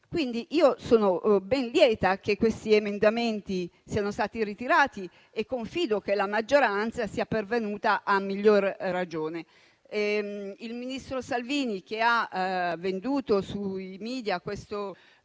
Quindi sono ben lieta che questi emendamenti siano stati ritirati e confido che la maggioranza sia pervenuta a miglior ragione. Il ministro Salvini, che ha venduto sui *media* questo